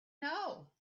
know